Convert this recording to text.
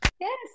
Yes